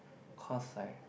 cause I